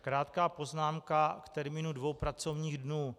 Krátká poznámka k termínu dvou pracovních dnů.